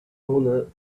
owner